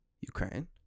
Ukraine